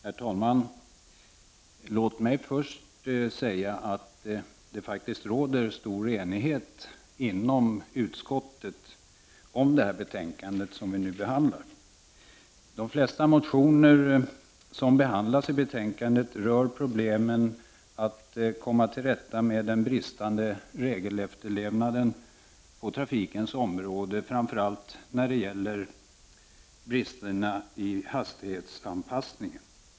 Herr talman! Låt mig först säga att det råder stor enighet inom utskottet om det betänkande vi nu behandlar. De flesta motioner som behandlas i betänkandet rör problemen med att komma till rätta med den bristande regelefterlevnaden på trafikens område, framför allt när det gäller den bristande hastighetsanpassningen.